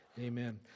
Amen